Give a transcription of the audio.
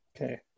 Okay